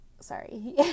sorry